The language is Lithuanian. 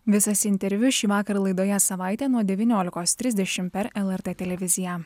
visas interviu šįvakar laidoje savaitė nuo devyniolikos trisdešim per lrt televiziją